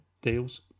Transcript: deals